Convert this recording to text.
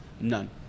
none